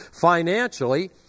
Financially